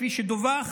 כפי שדווח,